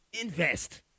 invest